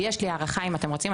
יש לי הערכה ואם אתם רוצים,